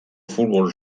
futbol